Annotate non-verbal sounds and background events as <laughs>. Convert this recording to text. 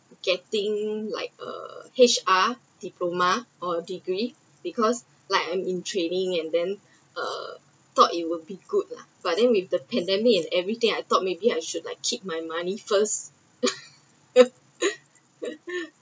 getting like uh H_R diploma or degree because like I’m in training and then uh thought it will be good lah but then with the pandemic and everything I thought maybe I should like keep my money first <laughs>